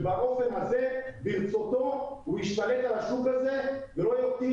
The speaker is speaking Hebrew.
ובאופן הזה ברצותו הוא ישתלט על השוק הזה ולא יותיר